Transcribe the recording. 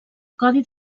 codi